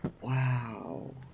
Wow